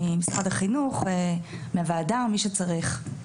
ממשרד החינוך, מהוועדה, ממי שצריך.